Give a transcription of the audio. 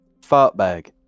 Fartbag